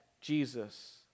Jesus